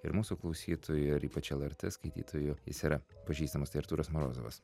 ir mūsų klausytojų ar ypač lrt skaitytojų jis yra pažįstamas tai artūras morozovas